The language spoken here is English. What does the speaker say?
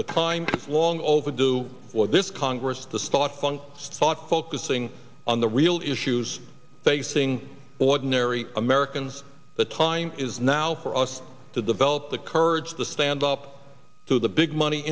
but time is long overdue for this congress to stop fung sought focusing on the real issues facing ordinary americans the time is now for us to develop the courage to stand up to the big money